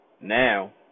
Now